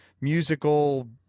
musical